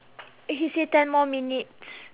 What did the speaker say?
he say ten more minutes